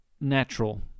natural